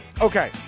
Okay